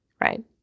right